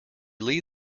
leave